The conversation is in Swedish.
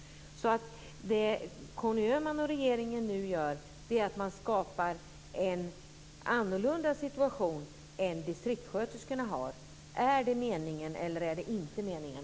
Det Conny Öhman och regeringen nu gör är att skapa en annorlunda situation än distriktssköterskorna har. Är det meningen, eller är det inte meningen?